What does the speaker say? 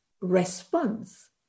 response